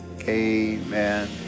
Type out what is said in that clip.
Amen